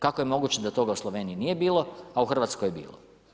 Kako je moguće da toga u Sloveniji nije bilo a u Hrvatskoj je bilo?